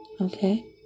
okay